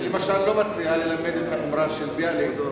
אני למשל לא מציע ללמד את האמרה של ביאליק,